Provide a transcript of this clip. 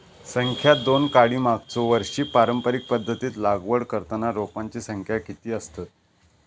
संख्या दोन काडी मागचो वर्षी पारंपरिक पध्दतीत लागवड करताना रोपांची संख्या किती आसतत?